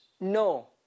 No